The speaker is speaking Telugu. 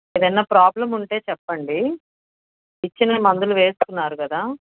ఏదైనా ప్రాబ్లం ఉంటే చెప్పండి ఇచ్చిన మందులు వేసుకున్నారు కదా